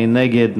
מי נגד?